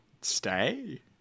stay